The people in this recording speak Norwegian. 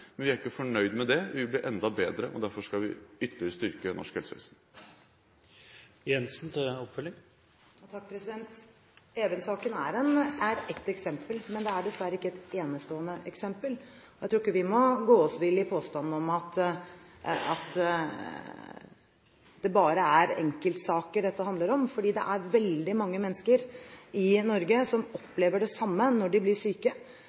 men vi er ikke fornøyd med det. Vi vil bli enda bedre, og derfor skal vi ytterligere styrke norsk helsevesen. Even-saken er ett eksempel, men det er dessverre ikke et enestående eksempel. Jeg tror ikke vi må gå oss vill i påstanden om at det bare er enkeltsaker dette handler om. For det er veldig mange mennesker i Norge som opplever det samme når de blir syke,